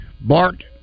Bart